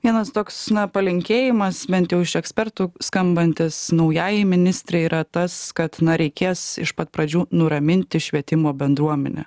vienas toks na palinkėjimas bent jau iš ekspertų skambantis naujajai ministrei yra tas kad na reikės iš pat pradžių nuraminti švietimo bendruomenę